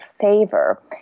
favor